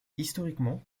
historiquement